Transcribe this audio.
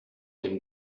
dem